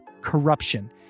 corruption